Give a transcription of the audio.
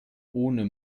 ohne